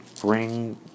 bring